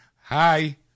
Hi